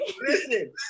listen